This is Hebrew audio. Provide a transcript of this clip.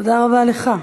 תודה רבה לך.